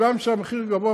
גם כשהמחיר גבוה,